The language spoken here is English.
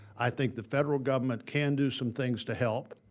i think the federal government can do some things to help.